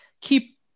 keep